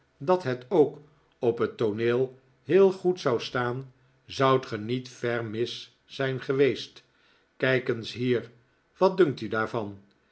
dat het ook op het tooneel heel goed zou staan zoudt ge niet ver mis zijn geweest kijk eens hier wat dunkt u daarvan